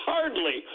hardly